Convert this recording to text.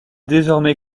désormais